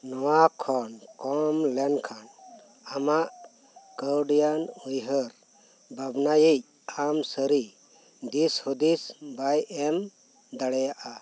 ᱱᱚᱣᱟ ᱠᱷᱚᱱ ᱠᱚᱢ ᱞᱮᱱᱠᱷᱟᱱ ᱟᱢᱟᱜ ᱠᱟᱹᱣᱰᱤᱭᱟᱱ ᱩᱭᱦᱟᱹᱨ ᱵᱷᱟᱵᱽᱱᱟᱭᱤᱡ ᱟᱢ ᱥᱟᱹᱨᱤ ᱫᱤᱥᱦᱩᱫᱤᱥ ᱵᱟᱭ ᱮᱢ ᱫᱟᱲᱮᱭᱟᱜᱼᱟ